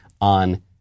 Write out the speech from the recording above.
on